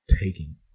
taking